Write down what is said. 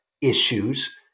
issues